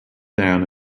down